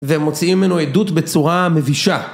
ומוצאים ממנו עדות בצורה מבישה